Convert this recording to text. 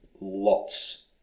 lots